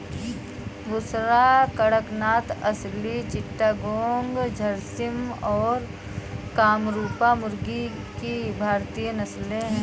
बुसरा, कड़कनाथ, असील चिट्टागोंग, झर्सिम और कामरूपा मुर्गी की भारतीय नस्लें हैं